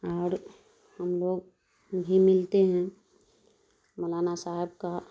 اور ہم لوگ بھی ملتے ہیں مولانا صاحب کا